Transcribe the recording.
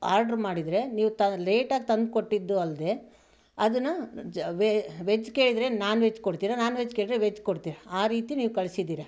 order ಮಾಡಿದ್ರೆ ನೀವು ಲೇಟಾಗಿ ತಂದು ಕೊಟ್ಟಿದ್ದು ಅಲ್ಲದೇ ಅದನ್ನು ವೆಜ್ ಕೇಳಿದ್ರೆ ನಾನ್ ವೆಜ್ ಕೊಡ್ತೀರ ನಾನ್ ವೆಜ್ ಕೇಳಿದ್ರೆ ವೆಜ್ ಕೊಡ್ತೀರ ಆ ರೀತಿ ನೀವು ಕಳಿಸಿದ್ದೀರ